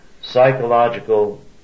psychological